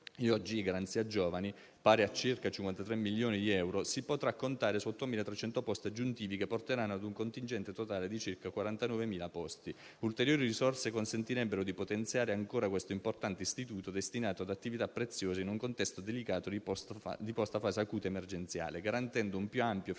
Garanzia giovani, pari a circa 53 milioni di euro, si potrà contare su 8.300 posti aggiuntivi che porteranno ad un contingente totale di circa di 49.000 posti. Ulteriori risorse consentirebbero di potenziare ancora questo importante istituto destinato ad attività preziose in un contesto delicato di post-fase acuta emergenziale, garantendo un più ampio finanziamento